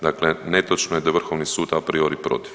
Dakle, netočno je da je Vrhovni sud a priori protiv.